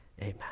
amen